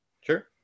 sure